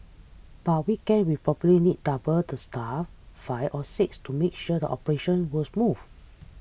but weekends we probably need double the staff five or six to make sure the operations was smooth